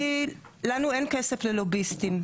לנו אין כסף ללוביסטים,